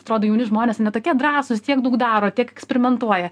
atrodo jauni žmonės ane tokie drąsūs tiek daug daro tiek eksperimentuoja